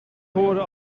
horen